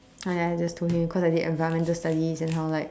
and then I just told him cause I did environmental studies and how like